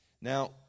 Now